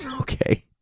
Okay